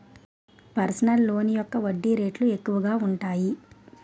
personal loan యొక్క వడ్డీ రేట్లు ఎక్కువగా ఉంటాయి